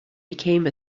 became